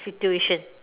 situation